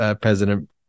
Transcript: President